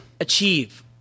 achieve